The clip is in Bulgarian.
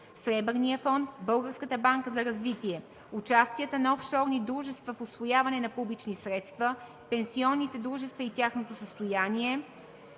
Сребърния фонд; Българската банка за развитие; участията на офшорни дружества в усвояване на публични средства; пенсионните дружества и тяхното състояние;